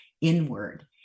inward